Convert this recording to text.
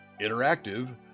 interactive